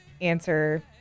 answer